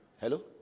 Hello